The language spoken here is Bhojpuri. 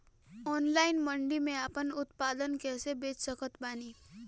ऑनलाइन मंडी मे आपन उत्पादन कैसे बेच सकत बानी?